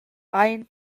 eins